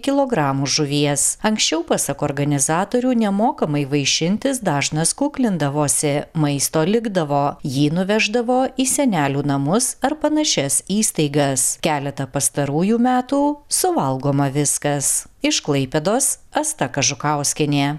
kilogramų žuvies anksčiau pasak organizatorių nemokamai vaišintis dažnas kuklindavosi maisto likdavo jį nuveždavo į senelių namus ar panašias įstaigas keletą pastarųjų metų suvalgoma viskas iš klaipėdos asta kažukauskienė